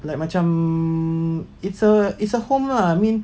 like macam it's a it's a home lah I mean